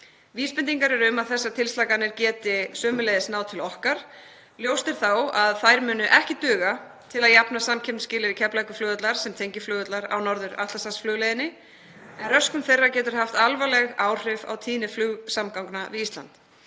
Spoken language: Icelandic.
Vísbendingar eru um að þessar tilslakanir geti sömuleiðis náð til okkar. Ljóst er þó að þær munu ekki duga til að jafna samkeppnisskilyrði Keflavíkurflugvallar sem tengiflugvallar á Norður-Atlantshafsflugleiðinni, en röskun þeirra getur haft alvarleg áhrif á tíðni flugsamgangna við Ísland.